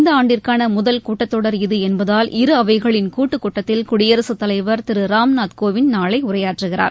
இந்த ஆண்டிற்கான முதல் கூட்டத்தொடர் இது என்பதால் இரு அவைகளின் கூட்டுக்கூட்டத்தில் குடியரசுத் தலைவர் திரு ராம்நாத் கோவிந்த் நாளை உரையாற்றுகிறார்